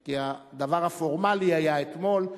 כי הדבר הפורמלי היה אתמול.